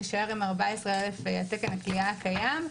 נישאר עם 14,000 תקן הכליאה הקיים,